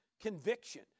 conviction